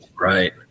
Right